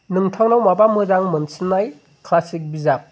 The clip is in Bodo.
नोंथांनाव माबा मोजां मोनसिननाय क्लासिक बिजाब